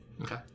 Okay